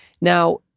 Now